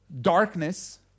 darkness